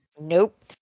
nope